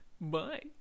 Bye